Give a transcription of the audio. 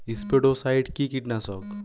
স্পোডোসাইট কি কীটনাশক?